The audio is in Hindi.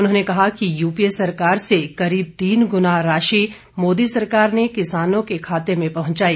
उन्होंने कहा कि यूपीए सरकार से करीब तीन गुना राशि मोदी सरकार ने किसानों के खातों में पहुंचाई